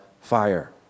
fire